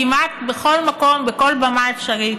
כמעט בכל מקום, בכל במה אפשרית,